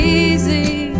easy